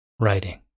writing